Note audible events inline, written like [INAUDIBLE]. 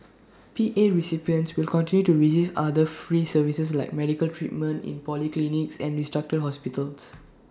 [NOISE] P A recipients will continue to receive other free services like medical treatment in polyclinics and restructured hospitals [NOISE]